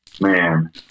man